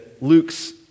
Luke's